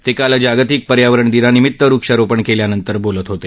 ते काल जागतिक पर्यावरण दिनानिमित्त वृक्षारोपण केल्यानंतर बोलत होते